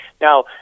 Now